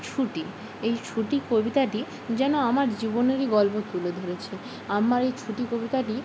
ছুটি এই ছুটি কবিতাটি যেন আমার জীবনেরই গল্প তুলে ধরেছে আমার এই ছুটি কবিতাটি